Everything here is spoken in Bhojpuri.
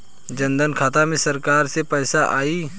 जनधन खाता मे सरकार से पैसा आई?